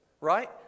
right